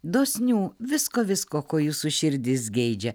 dosnių visko visko ko jūsų širdis geidžia